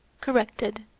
corrected